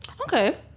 Okay